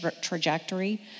trajectory